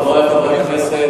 חברי חברי הכנסת,